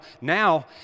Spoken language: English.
now